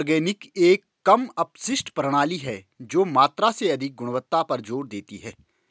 organic एक कम अपशिष्ट प्रणाली है जो मात्रा से अधिक गुणवत्ता पर जोर देती है